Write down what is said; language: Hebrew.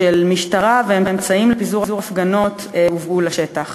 של משטרה, ואמצעים לפיזור הפגנות, הובאו לשטח.